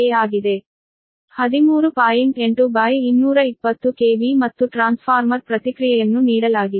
8220 KV ಮತ್ತು transformer ಪ್ರತಿಕ್ರಿಯೆಯನ್ನು ನೀಡಲಾಗಿದೆ